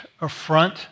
affront